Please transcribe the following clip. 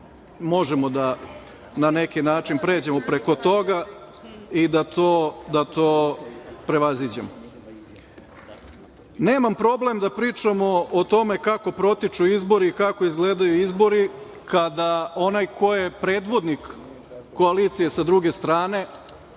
možemo da na neki način pređemo preko toga i da to prevaziđemo. Nemam problem da pričamo o tome kako protiču izbori i kako izgledaju izbori kada onaj ko je predvodnik koalicije sa druge strane